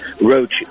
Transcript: Roach